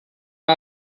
are